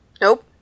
Nope